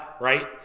right